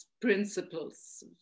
principles